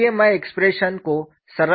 इसलिए मैं एक्सप्रेशन को सरल बनाने जा रहा हूं